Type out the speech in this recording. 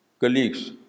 colleagues